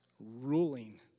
ruling